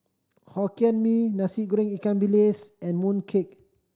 Hokkien Mee Nasi Goreng ikan bilis and mooncake